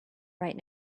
right